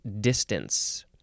distance